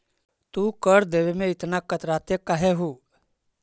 तू कर देवे में इतना कतराते काहे हु